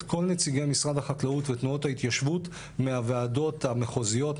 כל נציגי משרד החקלאות ותנועות התיישבות מהוועדות המחוזיות,